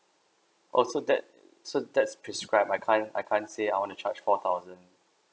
oh so that so that's prescribe I can't I can't say I want to charge four thousand